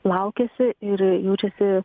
laukiasi ir jaučiasi